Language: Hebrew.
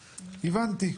הבנתי.